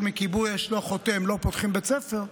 מכיבוי אש לא חותם לא פותחים בית ספר,